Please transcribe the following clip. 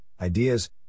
ideas